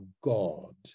God